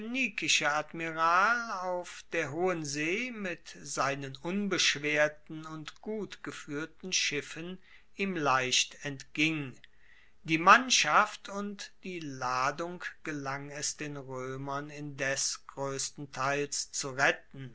phoenikische admiral auf der hohen see mit seinen unbeschwerten und gut gefuehrten schiffen ihm leicht entging die mannschaft und die ladung gelang es den roemern indes groesstenteils zu retten